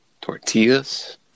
tortillas